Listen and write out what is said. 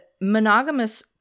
monogamous